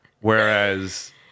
Whereas